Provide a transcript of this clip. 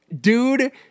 Dude